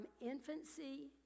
infancy